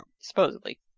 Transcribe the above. Supposedly